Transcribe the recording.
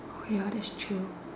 oh ya that's true